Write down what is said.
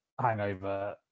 hangover